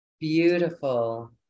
Beautiful